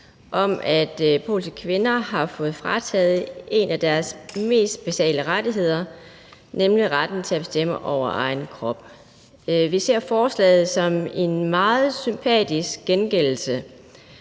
i, at polske kvinder har fået frataget en af deres mest basale rettigheder, nemlig retten til at bestemme over egen krop. Vi ser forslaget som en meget sympatisk gengældelse